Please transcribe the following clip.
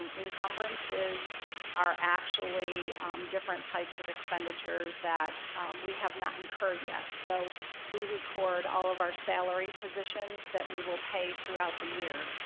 um encumbrances are actually different types of expenditures that we have not incurred yet, so we record all of our salary positions that we will pay throughout the year.